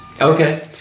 Okay